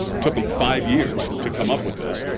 took them five years to come up with this,